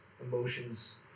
emotions